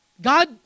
God